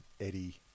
Eddie